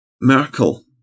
Merkel